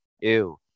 Ew